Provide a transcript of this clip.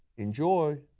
enjoy.